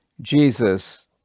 Jesus